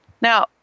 now